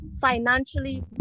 financially